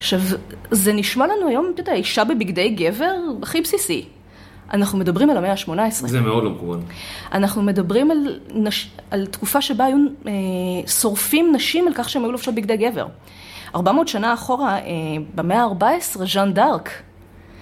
עכשיו, זה נשמע לנו היום, את האישה בבגדי גבר הכי בסיסי. אנחנו מדברים על המאה ה-18. זה מאוד לא מקובל. אנחנו מדברים על תקופה שבה היו, שורפים נשים על כך שהן היו לובשות בגדי גבר. ארבע מאות שנה אחורה, במאה ה-14, ז'אן דארק,